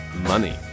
Money